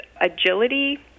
agility